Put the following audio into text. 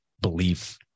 belief